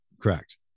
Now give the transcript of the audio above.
correct